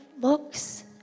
looks